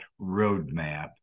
roadmap